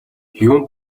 юун